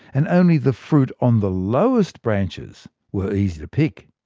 and only the fruit on the lowest branches were easy to pick.